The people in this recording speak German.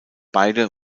beide